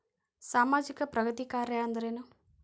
ಸಾಮಾಜಿಕ ಪ್ರಗತಿ ಕಾರ್ಯಾ ಅಂದ್ರೇನು?